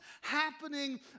happening